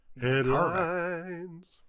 Headlines